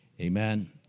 Amen